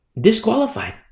Disqualified